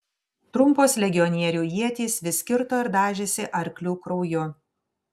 trumpos legionierių ietys vis kirto ir dažėsi arklių krauju